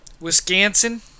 Wisconsin